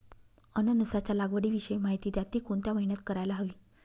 अननसाच्या लागवडीविषयी माहिती द्या, ति कोणत्या महिन्यात करायला हवी?